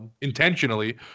Intentionally